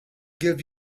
give